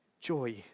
joy